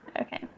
Okay